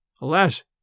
Alas